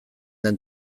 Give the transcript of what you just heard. den